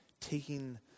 taking